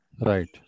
Right